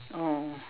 oh